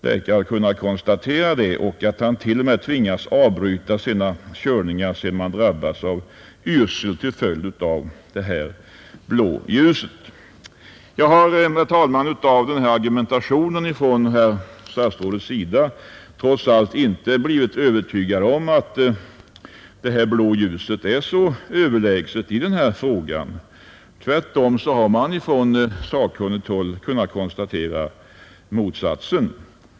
Läkare har kunnat konstatera detta, och han tvingades till och med att avbryta sina körningar av denna anledning. Jag har, herr talman, trots allt inte blivit övertygad av statsrådets argumentation om att det blå ljuset är så överlägset. Tvärtom har man från sakkunnigt håll kunnat konstatera motsatsen.